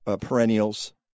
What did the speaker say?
perennials